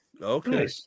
Okay